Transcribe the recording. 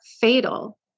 fatal